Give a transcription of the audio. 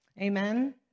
Amen